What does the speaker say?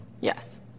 Yes